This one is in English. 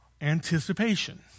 anticipation